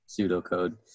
pseudocode